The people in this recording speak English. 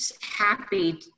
happy